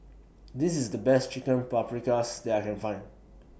This IS The Best Chicken Paprikas that I Can Find